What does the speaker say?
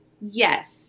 Yes